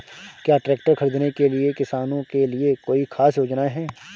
क्या ट्रैक्टर खरीदने के लिए किसानों के लिए कोई ख़ास योजनाएं हैं?